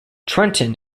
trenton